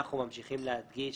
אנחנו ממשיכים להדגיש,